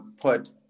put